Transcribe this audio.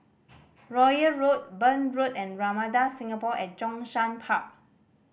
Royal Road Burn Road and Ramada Singapore at Zhongshan Park